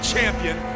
Champion